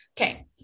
Okay